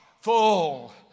Full